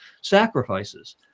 sacrifices